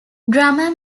drummer